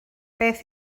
beth